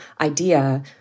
idea